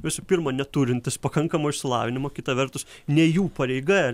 visų pirma neturintys pakankamo išsilavinimo kita vertus ne jų pareiga